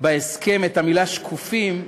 בהסכם את המילה שקופים,